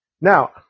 Now